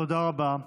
תודה רבה.